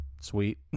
sweet